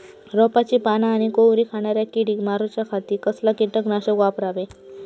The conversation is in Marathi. रोपाची पाना आनी कोवरी खाणाऱ्या किडीक मारूच्या खाती कसला किटकनाशक वापरावे?